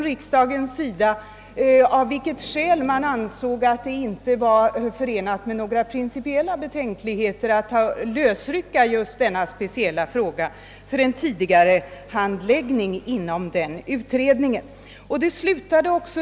Riksdagen angav av vilket skäl man inte ansåg det vara förenat med några principiella betänkligheter att lösrycka denna speciella fråga för en tidigarehandläggning inom utredningen.